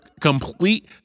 complete